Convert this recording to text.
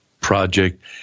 project